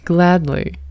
Gladly